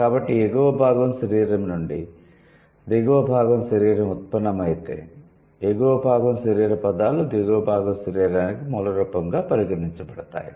కాబట్టి ఎగువ భాగం శరీరం నుండి దిగువ భాగం శరీరం ఉత్పన్నమైతే ఎగువ భాగం శరీర పదాలు దిగువ భాగం శరీరానికి మూల రూపంగా పరిగణించబడతాయి